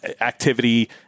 activity